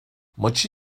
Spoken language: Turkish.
maçı